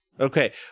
Okay